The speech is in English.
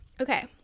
Okay